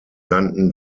nannten